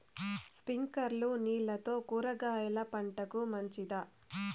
స్ప్రింక్లర్లు నీళ్లతో కూరగాయల పంటకు మంచిదా?